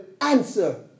answer